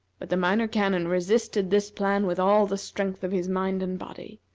but the minor canon resisted this plan with all the strength of his mind and body.